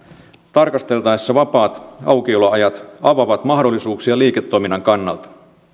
tarkasteltaessa vapaat aukioloajat avaavat mahdollisuuksia liiketoiminnan kannalta